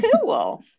Cool